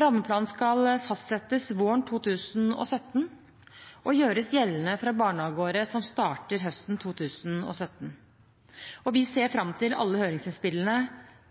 Rammeplanen skal fastsettes våren 2017 og gjøres gjeldende fra barnehageåret som starter høsten 2017. Vi ser fram til alle høringsinnspillene